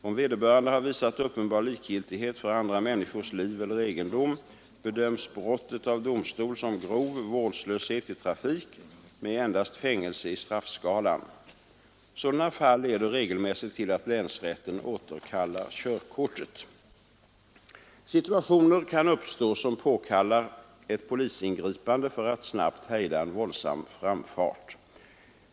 Om vederbörande har visat uppenbar likgiltighet för andra människors liv eller egendom bedöms brottet av domstol som grov vårdslöshet i trafik med endast fängelse i straffskalan. Sådana fall leder regelmässigt till att länsrätten återkallar körkortet. Situationer kan uppstå som påkallar ett polisingripande för att snabbt hejda en våldsam framfart.